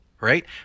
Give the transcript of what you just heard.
right